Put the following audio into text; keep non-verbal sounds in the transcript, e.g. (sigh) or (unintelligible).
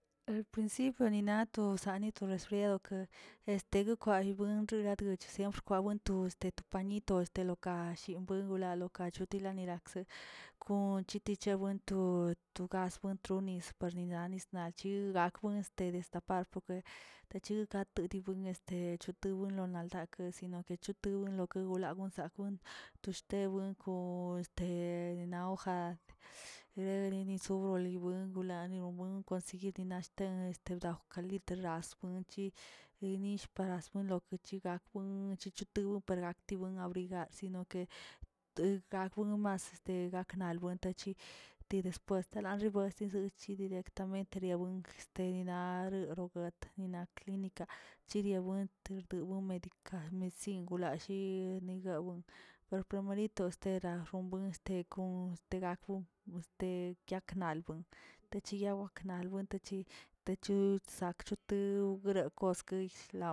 En el principio nina to zane to resfriado este gokbayben gradguch siempre gawen to este nito este lokall wden lawo lokacho ganirakze kon cheti chawen to o to gas ment nis parninas nalchi gakwen edes tapar porke tachu gateritu este chotulanu rake sino ke chu yun gokegolago takwen tewen kon este naojad releni solnilebuen lani lobuen yedinashten de bdajw ka lit asp buenchi nenill para lo buenkechi yigakwen chicha tu par gak tibuen wriga si noke te gako nomas de gak nal buen te después (unintelligible) directamente ong sta nirarobu bet ninakli chiriawentix yowen medid singulalliin bene yag pero primerito steda xombuen este go este gakon este yaknal techeyagok nal antechi techu chsakꞌ yotug goskis shlaa.